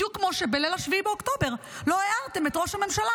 בדיוק כמו שבליל 7 באוקטובר לא הערתם את ראש הממשלה